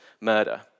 murder